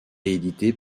édité